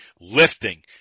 Lifting